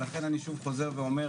לכן אני חוזר ואומר,